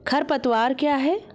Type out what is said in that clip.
खरपतवार क्या है?